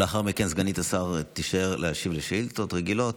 לאחר מכן סגנית השר תישאר להשיב לשאילתות רגילות,